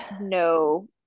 no